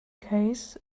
case